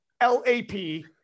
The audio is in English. L-A-P